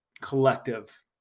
collective